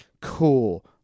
cool